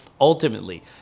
ultimately